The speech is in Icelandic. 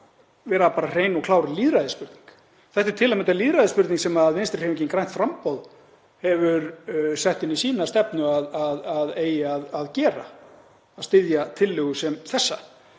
meira bara hrein og klár lýðræðisspurning. Þetta er til að mynda lýðræðisspurning sem Vinstrihreyfingin – grænt framboð hefur sett inn í sína stefnu að eigi að gera, að styðja tillögu sem þessa.